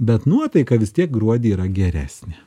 bet nuotaika vis tiek gruodį yra geresnė